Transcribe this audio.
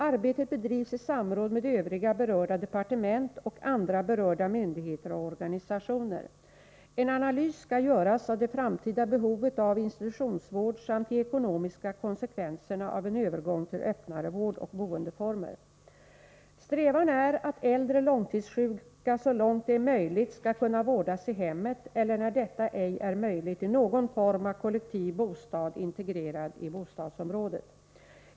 Arbetet bedrivs i samråd med övriga berörda departement och andra berörda myndigheter och organisationer. En analys skall göras av det framtida behovet av institutionsvård samt de ekonomiska konsekvenserna av en övergång till öppnare vårdoch boendeformer. Strävan är att äldre långtidssjuka så långt det är möjligt skall kunna vårdas i hemmet eller när detta ej är möjligt i någon form av kollektiv bostad integrerad i bostadsområdet.